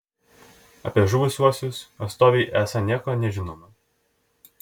apie žuvusiuosius atstovei esą nieko nežinoma